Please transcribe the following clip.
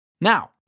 Now